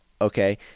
okay